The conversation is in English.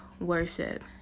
worship